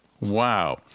Wow